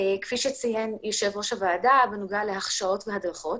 כפי שציין יושב ראש הוועדה, בנוגע להכשרות והדרכות